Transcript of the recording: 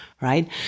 right